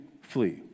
flee